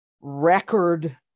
record